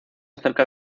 acerca